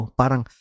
parang